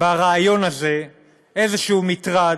ברעיון הזה איזשהו מטרד,